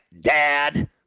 Dad